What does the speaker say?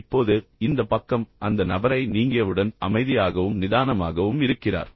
இப்போது இந்த பக்கம் அந்த நபரை நீங்கியவுடன் அமைதியாகவும் நிதானமாகவும் இருக்கிறார்